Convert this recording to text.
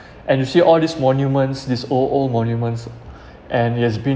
and you see all these monuments these old old monuments and it has been